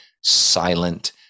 silent